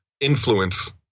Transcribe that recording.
influence